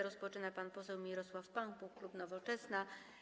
Rozpoczyna pan poseł Mirosław Pampuch, klub Nowoczesna.